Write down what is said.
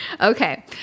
Okay